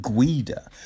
Guida